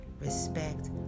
respect